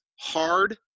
hard